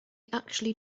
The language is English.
actually